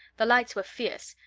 the lights were fierce,